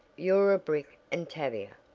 you're a brick and tavia,